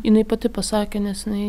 jinai pati pasakė nes jinai